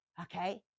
okay